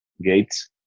gates